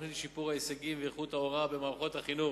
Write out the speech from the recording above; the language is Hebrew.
והתוכנית לשיפור ההישגים ואיכות ההוראה במערכת החינוך.